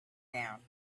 down